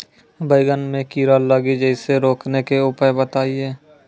बैंगन मे कीड़ा लागि जैसे रोकने के उपाय बताइए?